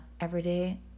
everyday